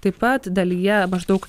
taip pat dalyje maždaug